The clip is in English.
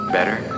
Better